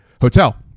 hotel